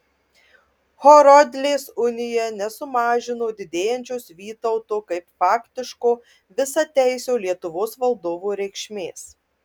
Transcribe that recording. horodlės unija nesumažino didėjančios vytauto kaip faktiško visateisio lietuvos valdovo reikšmės